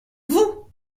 vous